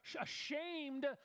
ashamed